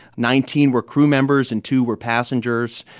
nineteen were crew members, and two were passengers.